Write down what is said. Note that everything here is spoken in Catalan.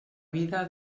vida